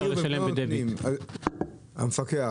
המפקח,